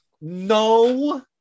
no